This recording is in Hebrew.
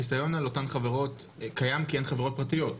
החיסיון על אותן חברות קיים כי הן חברות פרטיות?